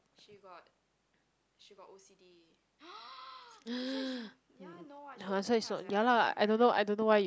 so it's not ya lah I don't know I don't know why you